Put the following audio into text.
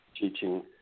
teaching